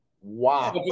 Wow